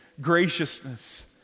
graciousness